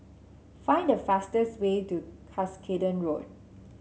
find the fastest way to Cuscaden Road